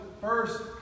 first